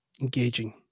engaging